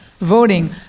voting